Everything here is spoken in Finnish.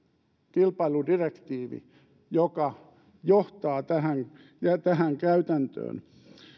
kilpailudirektiivi joka johtaa tähän käytäntöön